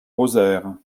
rosaire